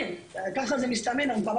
מסתמן שפחות כלים נכנסים לכאן - ואני מקווה